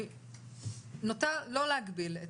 אני נוטה לא להגביל,